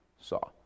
saw